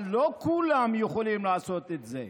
אבל לא כולם יכולים לעשות את זה.